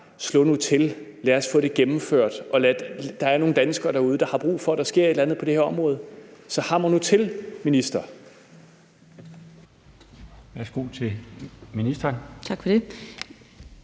Slå nu til, og lad os få det gennemført, for der er nogle danskere derude, der har brug for, at der sker et eller andet på det her område. Så hamr nu til, minister!